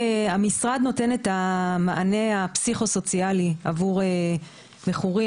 המשרד נותן את המענה הפסיכו-סוציאלי עבור מכורים,